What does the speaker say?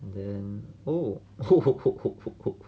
then oh